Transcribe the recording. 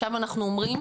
עכשיו אנחנו אומרים,